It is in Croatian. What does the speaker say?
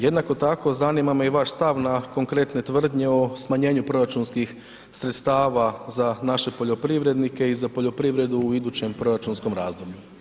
Jednako tako, zanima me i vaš stav na konkretne tvrdnje o smanjenju proračunskih sredstava za naše poljoprivrednike i za poljoprivredu u idućem proračunskom razdoblju.